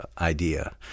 idea